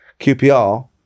QPR